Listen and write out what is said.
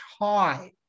high